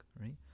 right